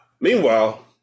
Meanwhile